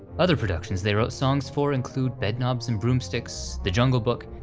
other productions they wrote songs for include bedknobs and broomsticks, the jungle book,